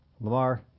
Lamar